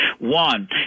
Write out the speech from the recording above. one